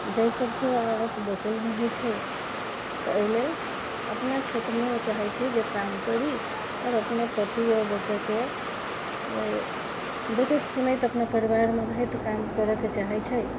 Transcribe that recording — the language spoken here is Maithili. जेहि सभसँ औरत बाँचल रहै छै तऽ एहि लेल अपना क्षेत्रमे ओ चाहे छै जे काम करि आओर अपने पति आओर बच्चाके देखैत सुनैत अपना परिवारमे रहैत काम करैके चाहे छै